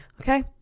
okay